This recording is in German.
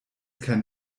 kein